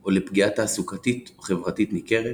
או לפגיעה תעסוקתית/חברתית ניכרת,